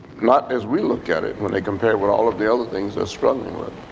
not as we look at it when they compare with all of the other things they're struggling with.